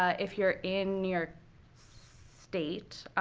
ah if you're in new york state,